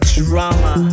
drama